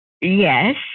Yes